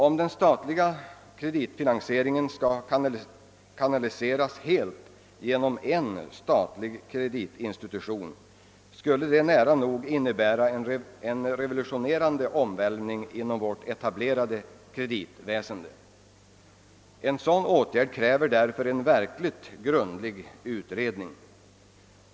Om den statliga kreditfinansieringen skall kanaliseras helt genom en statlig kreditinstitution, skulle det innebära en nära nog revolutionerande omvälvning för vårt etablerade kreditväsende. En sådan åtgärd kräver därför en verkligt grundlig utredning.